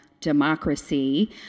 democracy